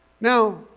Now